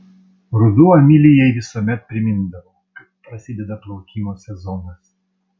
ruduo emilijai visuomet primindavo kad prasideda plaukimo sezonas